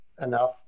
enough